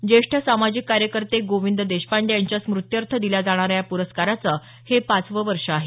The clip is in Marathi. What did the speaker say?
ज्येष्ठ सामाजिक कार्यकर्ते गोविंद देशपांडे यांच्या स्मृत्यर्थ दिल्या जाणाऱ्या या प्रस्काराचं हे पाचवं वर्ष आहे